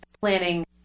planning